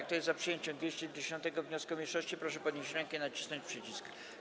Kto jest za przyjęciem 210. wniosku mniejszości, proszę podnieść rękę i nacisnąć przycisk.